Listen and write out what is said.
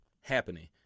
happening